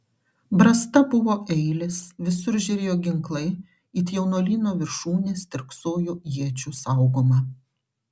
brasta buvo eilės visur žėrėjo ginklai it jaunuolyno viršūnės stirksojo iečių saugoma